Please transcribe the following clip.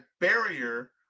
barrier